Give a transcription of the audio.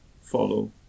follow